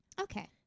Okay